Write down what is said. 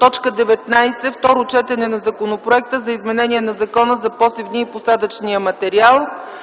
19. Второ четене на Законопроекта за изменение на Закона за посевния и посадъчния материал.